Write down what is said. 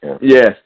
Yes